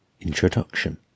Introduction